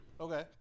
Okay